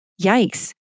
Yikes